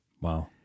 Wow